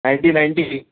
ninety ninety